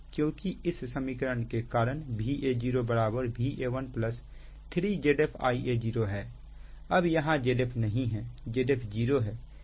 क्योंकि इस समीकरण के कारण Va0 Va1 3ZfIa0 है अब यहां Zf नहीं है Zf 0 है